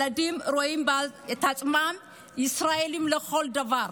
רואים בעצמם ישראלים לכל דבר.